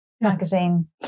magazine